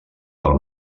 del